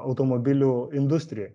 automobilių industrijoj